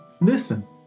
listen